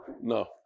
No